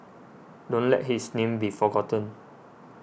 don't let his name be forgotten